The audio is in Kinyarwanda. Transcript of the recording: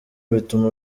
bituma